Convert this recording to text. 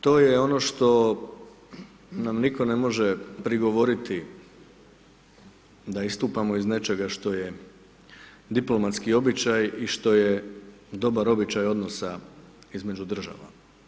To je ono što nam niko ne može prigovoriti da istupamo iz nečega što je diplomatski običaj i što je dobar običaj odnosa između država.